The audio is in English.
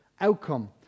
outcome